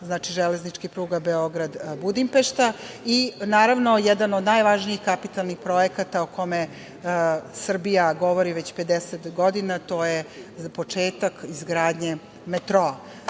znači železničkih pruga, Beograd-Budimpešta, i naravno, jedan od najvažnijih kapitalnih projekata o kome Srbija govori već 50 godina, a to je početak izgradnje metroa. Kada